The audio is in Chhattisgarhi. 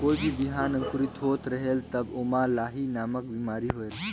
कोई भी बिहान अंकुरित होत रेहेल तब ओमा लाही नामक बिमारी होयल?